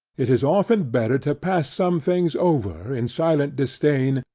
it is often better, to pass some things over in silent disdain,